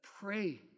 pray